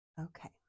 Okay